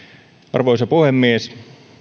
arvoisa puhemies